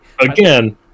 Again